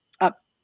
up